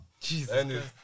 Jesus